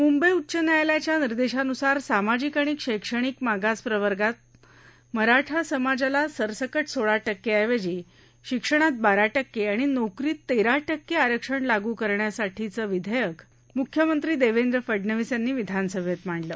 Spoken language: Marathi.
मुंबई उच्च न्यायालयाच्या निर्देशांनुसार सामाजिक आणि शैक्षणिक मागास प्रवर्गांतर्गत मराठा समाजाला सरसकट सोळा टक्के ऐवजी शिक्षणात बारा टक्के आणि नोकरीत तेरा टक्के आरक्षण लागू करण्यासाठीचं विधेयक मुख्यमंत्री देवेंद्र फडनवीस यांनी विधानसभेत मांडलं